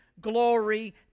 glory